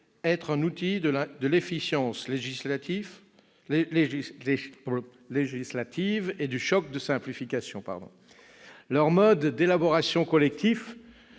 être un outil de l'efficience législative et du choc de simplification. Leur mode d'élaboration collectif